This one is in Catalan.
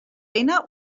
eina